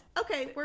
Okay